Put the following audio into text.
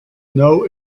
know